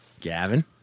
Gavin